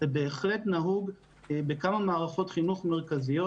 ובהחלט נהוג בכמה מערכות חינוך מרכזיות